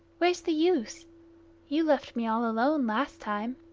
where's the use you left me all alone last time.